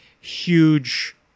huge